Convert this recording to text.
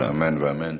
אמן ואמן.